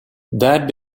that